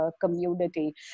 community